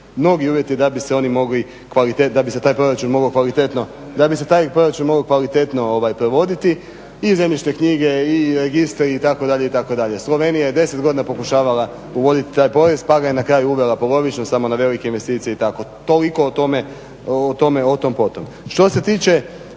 oni mogli, da bi se taj proračun mogao kvalitetno provoditi. I zemljišne knjige i registri, itd., itd. Slovenija je 10 godina pokušavala uvoditi taj porez pa ga je na kraju uvela polovično, samo na velike investicije i tako. Toliko o tome o tom, potom. Što se tiče